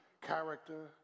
character